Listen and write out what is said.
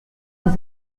des